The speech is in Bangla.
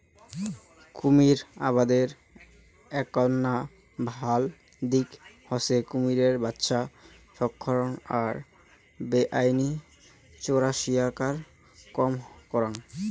কুমীর আবাদের এ্যাকনা ভাল দিক হসে কুমীরের বাচ্চা সংরক্ষণ আর বেআইনি চোরাশিকার কম করাং